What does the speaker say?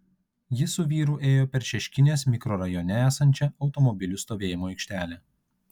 ji su vyru ėjo per šeškinės mikrorajone esančią automobilių stovėjimo aikštelę